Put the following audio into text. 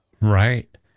Right